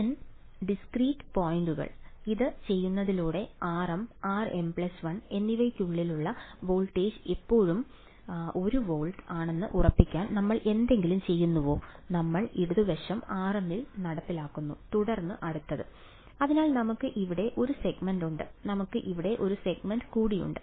N discrete പോയിന്റുകൾ ഇത് ചെയ്യുന്നതിലൂടെ rm rm1 എന്നിവയ്ക്കിടയിലുള്ള വോൾട്ടേജ് ഇപ്പോഴും 1 വോൾട്ട് ആണെന്ന് ഉറപ്പാക്കാൻ നമ്മൾ എന്തെങ്കിലും ചെയ്യുന്നുവോ നമ്മൾ ഇടതുവശം rm ൽ നടപ്പിലാക്കുന്നു തുടർന്ന് അടുത്തത് അതിനാൽ നമുക്ക് ഇവിടെ ഒരു സെഗ്മെന്റ് ഉണ്ട് നമുക്ക് ഇവിടെ ഒരു സെഗ്മെന്റ് കൂടിയുണ്ട്